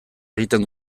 egiten